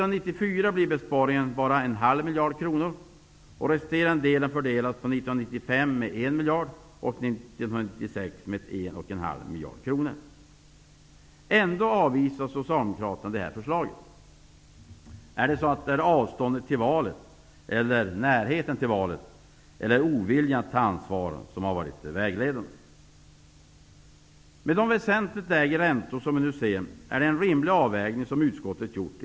Finansutskottet ställer sig bakom de mål och den inriktning av den ekonomiska politiken som regeringen har föreslagit. Det gäller både på kort och på lång sikt. Det övergripande målet för den ekonomiska politiken är att man genom en god tillväxt skall bygga en långsiktigt stabil grund för välfärden och för sysselsättningen.